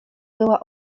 była